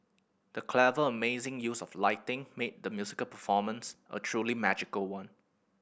the clever amazing use of lighting made the musical performance a truly magical one